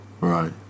Right